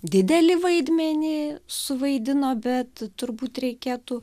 didelį vaidmenį suvaidino bet turbūt reikėtų